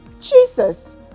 Jesus